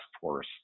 force